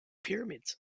pyramids